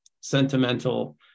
sentimental